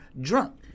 drunk